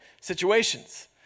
situations